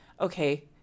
okay